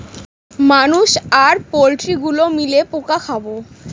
মানুষ আর পোল্ট্রি গুলো মিলে পোকা খাবো